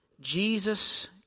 Jesus